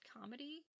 comedy